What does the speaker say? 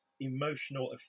emotional